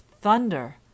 THUNDER